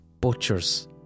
butchers